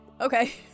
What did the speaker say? okay